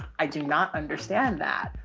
i do not understand that.